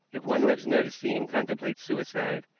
if one lives near the sea and contemplates suicide,